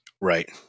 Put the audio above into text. Right